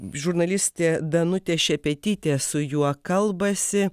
žurnalistė danutė šepetytė su juo kalbasi